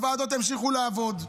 הוועדות ימשיכו לעבוד,